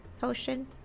potion